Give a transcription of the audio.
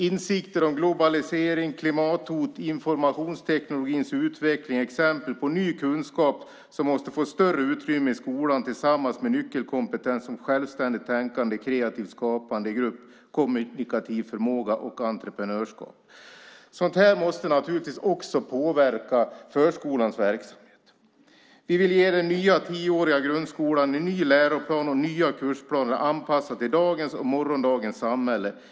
Insikter om globalisering, klimathot, informationsteknologins utveckling är exempel på ny kunskap som måste få större utrymme i skolan tillsammans med nyckelkompetens som självständigt tänkande, kreativt skapande i grupp, kommunikativ förmåga och entreprenörskap. Sådant här måste naturligtvis också påverka förskolans verksamhet. Vi vill ge den nya tioåriga grundskolan en ny läroplan och nya kursplaner anpassade till dagens och morgondagens samhälle.